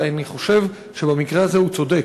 ואני חושב שבמקרה הזה הוא צודק,